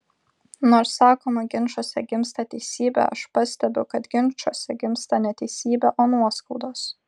nors sakoma ginčuose gimsta teisybė aš pastebiu kad ginčuose gimsta ne teisybė o nuoskaudos